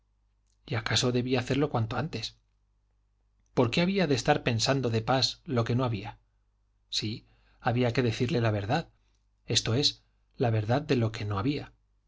y acaso debía hacerlo cuanto antes por qué había de estar pensando de pas lo que no había sí había que decirle la verdad esto es la verdad de lo que no había